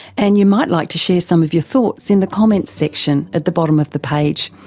and you might like to share some of your thoughts in the comments section at the bottom of the page.